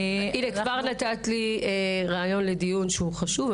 הנה, כבר נתת לי רעיון לדיון חשוב.